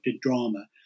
drama